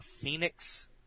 Phoenix